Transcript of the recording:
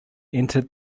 entered